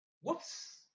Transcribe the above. whoops